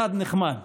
אחד נחמד.